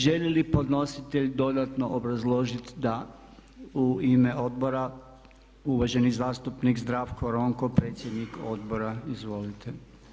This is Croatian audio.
Želi li podnositelj dodatno obrazložiti da u ime Obora uvaženi zastupnik Zdravko Ronko predsjednik Odbora izvolite.